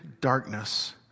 darkness